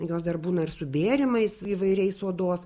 jos dar būna ir su bėrimais įvairiais odos